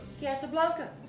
Casablanca